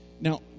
Now